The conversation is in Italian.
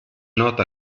nota